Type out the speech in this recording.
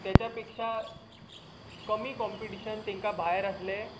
तेच्या पेक्षां कमी कॉम्पिटिशन तेंकां भायर आसलें